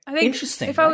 Interesting